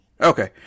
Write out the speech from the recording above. Okay